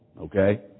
Okay